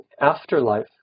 afterlife